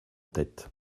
tête